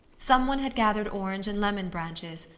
some one had gathered orange and lemon branches,